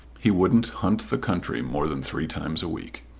he wouldn't hunt the country more than three times a week.